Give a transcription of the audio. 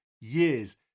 years